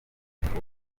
bifuza